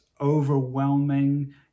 overwhelming